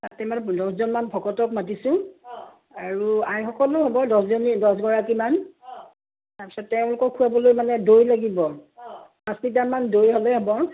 তাতে মানে দহজনমান ভকতক মাতিছোঁ আৰু আইসকলো হ'ব দহজনী দহগৰাকীমান তাৰ পিছত তেওঁলোকক খোৱাবলৈও মানে দৈ লাগিব পাঁচ লিটাৰমান দৈ হ'লেই হ'ব